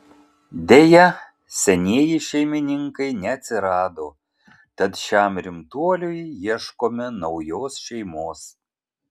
deja senieji šeimininkai neatsirado tad šiam rimtuoliui ieškome naujos šeimos